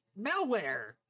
malware